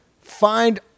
Find